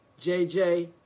JJ